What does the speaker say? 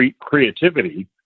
creativity